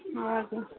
ହଉ ଆଜ୍ଞା